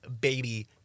baby